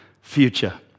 future